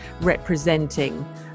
representing